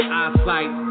eyesight